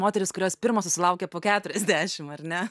moterys kurios pirmos susilaukia po keturiasdešimt ar ne